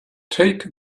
take